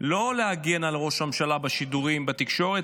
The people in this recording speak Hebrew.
לא להגן על ראש הממשלה בשידורים בתקשורת,